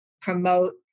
promote